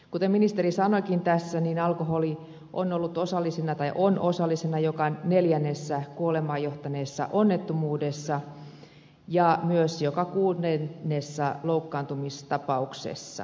kuten ministeri tässä sanoikin alkoholi on osallisena joka neljännessä kuolemaan johtaneessa onnettomuudessa ja myös joka kuudennessa loukkaantumistapauksessa